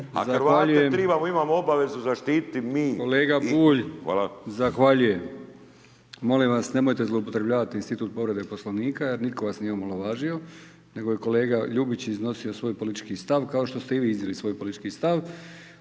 a Hrvate trebamo, imamo obavezu zaštitit mi. **Brkić, Milijan (HDZ)** Kolega Bulj, zahvaljujem. Molim vas nemojte zloupotrebljavati institut povrede Poslovnika jer nitko vas nije omalovažio, nego je kolega Ljubić iznosio svoj politički stav, kao što ste i vi iznijeli svoj politički stav,